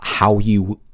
how you,